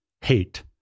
hate